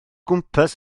gwmpas